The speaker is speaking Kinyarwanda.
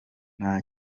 nta